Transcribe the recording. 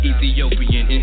Ethiopian